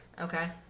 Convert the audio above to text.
Okay